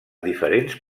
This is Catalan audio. diferents